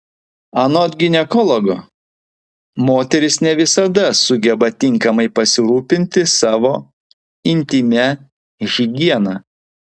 anot ginekologo moterys ne visada sugeba tinkamai pasirūpinti savo intymia higiena